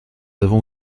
avons